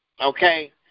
Okay